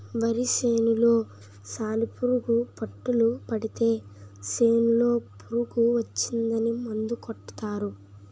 వరి సేనులో సాలిపురుగు పట్టులు పడితే సేనులో పురుగు వచ్చిందని మందు కొడతారు